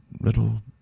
little